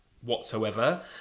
whatsoever